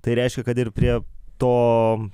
tai reiškia kad ir prie to